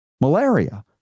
malaria